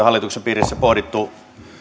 hallituksen piirissä pohtineet